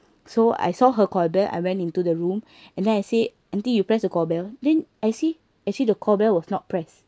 so I saw her call bell I went into the room and then I say auntie you press the call bell then I see actually the call bell was not press